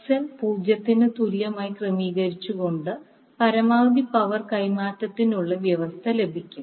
XL 0 ന് തുല്യമായി ക്രമീകരിച്ചുകൊണ്ട് പരമാവധി പവർ കൈമാറ്റത്തിനുള്ള വ്യവസ്ഥ ലഭിക്കും